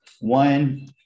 one